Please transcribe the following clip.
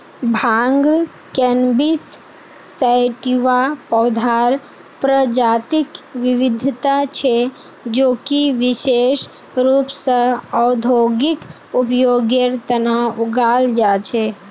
भांग cannabis sativa पौधार प्रजातिक विविधता छे जो कि विशेष रूप स औद्योगिक उपयोगेर तना उगाल जा छे